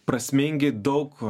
prasmingi daug